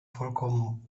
vollkommen